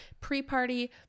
pre-party